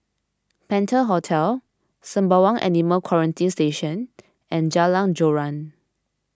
Penta Hotel Sembawang Animal Quarantine Station and Jalan Joran